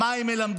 מה הם מלמדים.